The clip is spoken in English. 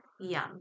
Yum